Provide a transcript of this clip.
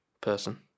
person